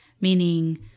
meaning